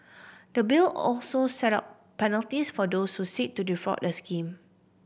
the Bill also set out penalties for those who seek to defraud the scheme